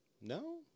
No